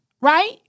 Right